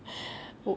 oh